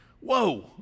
whoa